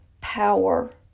power